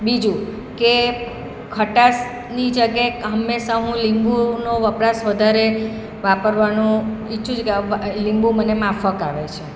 બીજું કે ખટાશની જગ્યાએ હંમેશા હું લીંબુનો વપરાશ વધારે વાપરવાનું ઈચ્છું છું કે લીંબુ મને માફક આવે છે